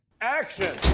Action